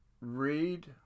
Read